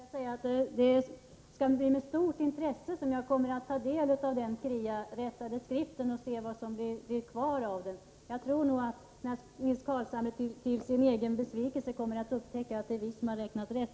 Herr talman! Jag vill säga till Nils Carlshamre att jag med stort intresse kommer att ta del av den kriarättade skriften och se vad som blir kvar av den. Jag tror nog att Nils Carlshamre till sin egen besvikelse kommer att upptäcka att det är vi som har räknat rätt.